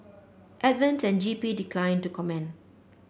advent and G P declined to comment